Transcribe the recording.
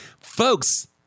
folks